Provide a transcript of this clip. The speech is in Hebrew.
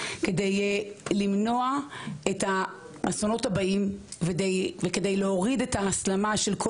כדי למנוע את האסונות הבאים וכדי להוריד את ההסלמה של כל